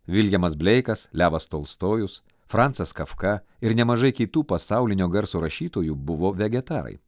viljamas bleikas levas tolstojus francas kafka ir nemažai kitų pasaulinio garso rašytojų buvo vegetarai